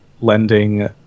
lending